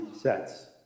sets